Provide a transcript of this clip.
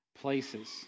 places